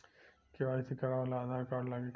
KYC करावे ला Aadhaar card लागी का?